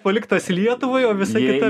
paliktas lietuvai o visa kita